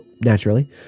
naturally